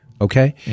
okay